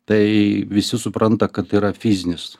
tai visi supranta kad tai yra fizinis